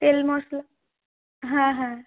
তেল মশলা হ্যাঁ হ্যাঁ